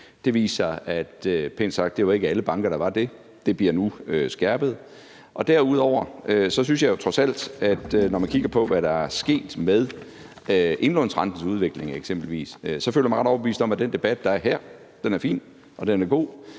sig pænt sagt, at det ikke var alle banker, der var det. Det bliver nu skærpet. Derudover synes jeg jo trods alt, at når man kigger på, hvad der er sket med udviklingen i indlånsrenten f.eks., føler jeg mig ret overbevist om, at den debat, der er her, er fin og god,